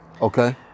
Okay